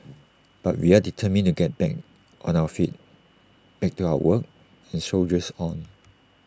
but we are determined to get back on our feet back to our work and soldiers on